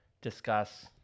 discuss